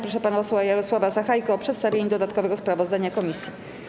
Proszę pana posła Jarosława Sachajkę o przedstawienie dodatkowego sprawozdania komisji.